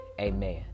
amen